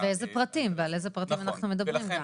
ואיזה פרטים, על איזה פרטים אנחנו מדברים כאן.